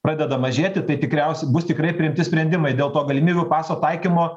pradeda mažėti tai tikriausiai bus tikrai priimti sprendimai dėl to galimybių paso taikymo